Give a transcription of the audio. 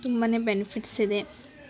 ತುಂಬ ಬೆನಿಫಿಟ್ಸ್ ಇದೆ